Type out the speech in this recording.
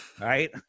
right